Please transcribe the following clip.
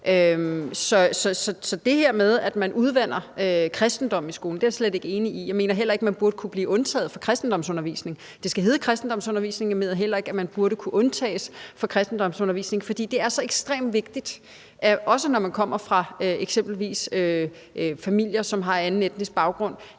Så det her med, at man udvander kristendommen i skolen, er jeg slet ikke enig i. Jeg mener heller ikke, at man burde kunne blive undtaget fra kristendomsundervisning. Det skal hedde kristendomsundervisning, og jeg mener ikke, at man burde kunne undtages fra kristendomsundervisning, for det er så ekstremt vigtigt, også når man kommer fra eksempelvis familier, som har en anden etnisk baggrund,